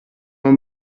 man